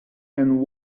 and